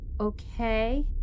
okay